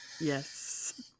yes